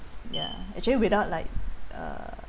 ya actually without like uh